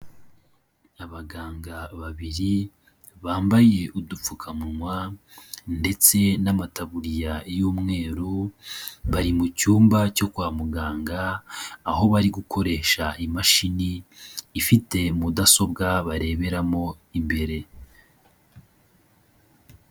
Abaganga babiri bambaye udupfukamunwa ndetse n'amataburiya y'umweru, bari mu cyumba cyo kwa muganga, aho bari gukoresha imashini ifite mudasobwa bareberamo imbere.